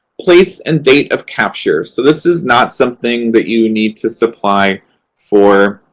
place and date of capture. so, this is not something that you need to supply for